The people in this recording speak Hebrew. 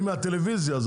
אני מהטלוויזיה.